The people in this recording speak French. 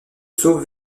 sauve